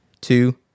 two